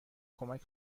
کمک